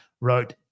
wrote